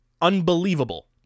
unbelievable